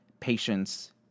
Patience